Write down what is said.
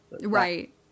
Right